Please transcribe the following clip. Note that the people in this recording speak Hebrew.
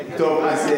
תחשוב על זה.